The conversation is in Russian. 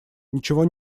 ничего